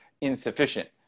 insufficient